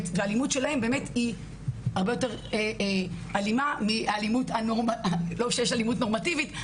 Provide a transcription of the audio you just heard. והאלימות שלהם היא הרבה אלימה מאלימות לא שיש אלימות נורמטיבית,